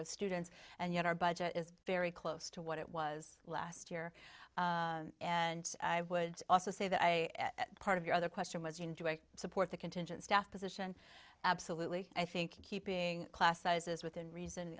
of students and yet our budget is very close to what it was last year and i would also say that i part of your other question was you support the contingent staff position absolutely i think keeping class sizes within reason